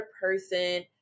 person